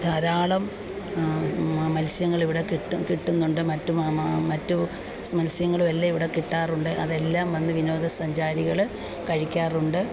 ധാരാളം മത്സ്യങ്ങൾ ഇവിടെ കിട്ടും കിട്ടുന്നുണ്ട് മറ്റ് മറ്റ് മത്സ്യങ്ങളും എല്ലാം ഇവിടെ കിട്ടാറുണ്ട് അതെല്ലാം വന്ന് വിനോദസഞ്ചാരികൾ കഴിക്കാറുണ്ട്